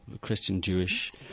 Christian-Jewish